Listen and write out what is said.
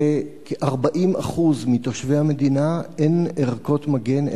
שלכ-40% מתושבי המדינה אין ערכות מגן,